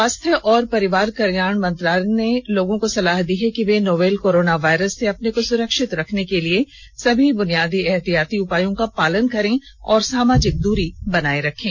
स्वास्थ्य और परिवार कल्याण मंत्रालय ने लोगों को सलाह दी है कि वे नोवल कोरोना वायरस से अपने को सुरक्षित रखने के लिए सभी बुनियादी एहतियाती उपायों का पालन करें और सामाजिक दूरी बनाए रखें